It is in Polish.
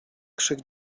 krzyk